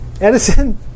Edison